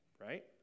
right